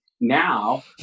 now